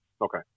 Okay